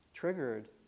triggered